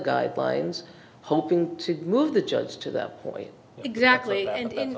guidelines hoping to move the judge to that point exactly and